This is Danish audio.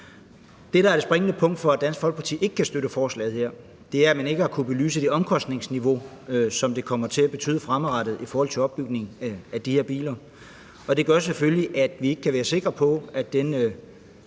Dansk Folkeparti, som betyder, at Dansk Folkeparti ikke kan støtte forslaget her, er, at man ikke har kunnet belyse det omkostningsniveau, det kommer til at betyde fremadrettet i forhold til opbygningen af de her biler. Det gør selvfølgelig, at vi ikke kan være sikre på, at den